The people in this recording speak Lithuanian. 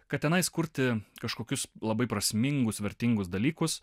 kad tenais kurti kažkokius labai prasmingus vertingus dalykus